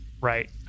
Right